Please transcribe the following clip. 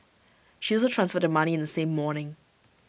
she also transferred the money in the same morning